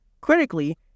critically